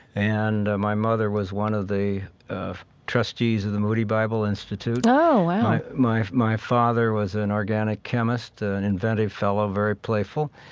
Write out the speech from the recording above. and my mother was one of the trustees of the moody bible institute oh, wow my my father was an organic chemist, ah an inventive fellow, very playful.